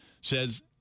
says